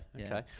Okay